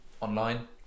online